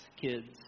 kids